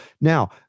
Now